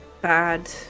bad